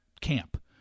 camp